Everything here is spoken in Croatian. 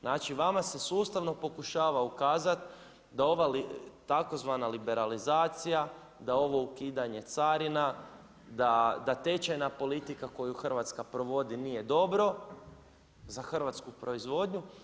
Znači vama se sustavno pokušava ukazat da ova tzv. liberalizacija da ovo ukidanje carina, da tečajna politika koju Hrvatska provodi nije dobro za hrvatsku proizvodnju.